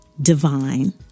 divine